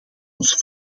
ons